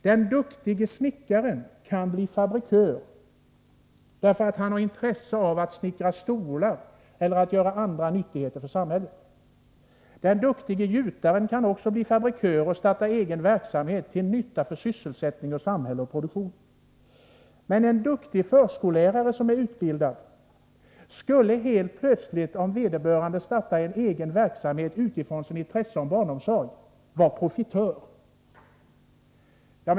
Den duktige snickaren kan bli fabrikör därför att han har intresse av att snickra stolar eller att göra andra nyttigheter för samhället. Den duktige gjutaren kan också bli fabrikör och starta egen verksamhet till nytta för sysselsättning och produktion i samhället. Men en duktig förskollärare som är utbildad skulle helt plötsligt, om vederbörande startade egen verksamhet utifrån sitt intresse för barnomsorg, vara profitör.